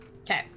Okay